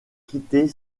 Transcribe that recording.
quitter